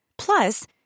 Plus